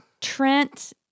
Trent